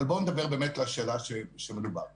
אבל בואו נדבר באמת לשאלה שמדובר עליה,